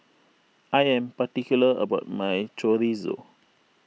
I am particular about my Chorizo